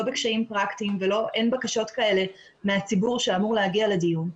בקשיים פרקטיים ואין בקשות כאלה מהציבור שאמור להגיע לדיון,